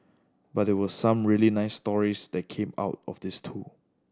but there were some really nice stories that came out of this too